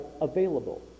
available